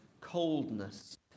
coldness